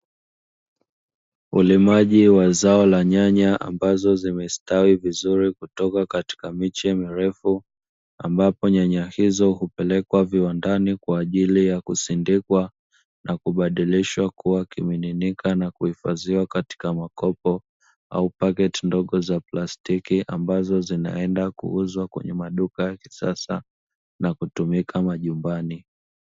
Ulimaji wa zao la nyanya ambazo zimestawi vizuri kutoka katika miche mirefu ambapo nyanya hizo hupelekwa viwandani kwa ajili ya kusindikwa na kubadilishwa, kuwa kimiminika na kuhifadhiwa katika makopo au pakiti ndogo za plastiki ambazo zinaenda kuuzwa kwenye maduka ya kisasa na kutumika majumbani.